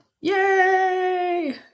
Yay